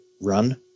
run